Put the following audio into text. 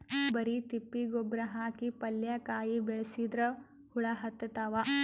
ಬರಿ ತಿಪ್ಪಿ ಗೊಬ್ಬರ ಹಾಕಿ ಪಲ್ಯಾಕಾಯಿ ಬೆಳಸಿದ್ರ ಹುಳ ಹತ್ತತಾವ?